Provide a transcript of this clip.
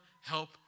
help